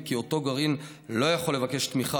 וכי אותו גרעין לא יכול לבקש תמיכה